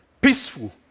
peaceful